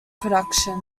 production